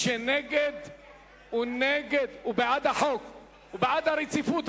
הוא בעד הרציפות,